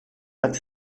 acte